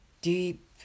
deep